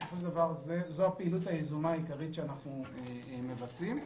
זו הפעילות היזומה העיקרית שאנחנו מבצעים.